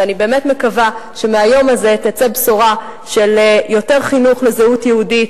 ואני באמת מקווה שמהיום הזה תצא בשורה של יותר חינוך לזהות יהודית,